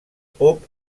pop